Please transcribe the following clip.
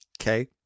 Okay